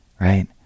right